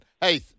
Hey